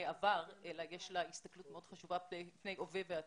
עבר אלא יש לה הסתכלות מאוד חשובה פני הווה ועתיד,